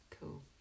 Cool